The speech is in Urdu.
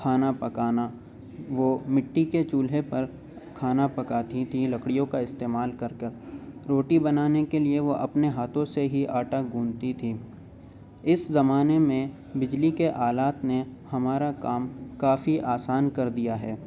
کھانا پکانا وہ مٹی کے چولہے پر کھانا پکاتی تھیں لکڑیوں کا استعمال کر کر روٹی بنانے کے لیے وہ اپنے ہاتھوں سے ہی آٹا گوندھتی تھیں اس زمانے میں بجلی کے آلات نے ہمارا کام کافی آسان کر دیا ہے